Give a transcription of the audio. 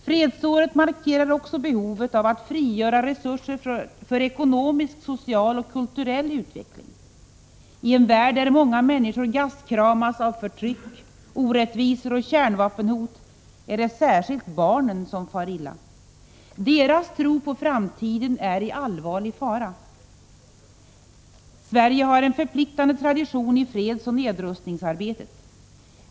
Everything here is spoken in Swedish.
Fredsåret markerar också behovet av att frigöra resurser för ekonomisk, social och kulturell utveckling. I en värld där många människor gastkramas av förtryck, orättvisor och kärnvapenhot är det särskilt barnen som far illa. Deras tro på framtiden är i allvarlig fara. Sverige har en förpliktande tradition i fredsoch nedrustningsarbetet.